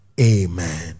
amen